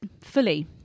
fully